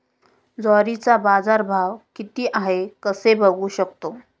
ज्वारीचा बाजारभाव किती आहे कसे बघू शकतो?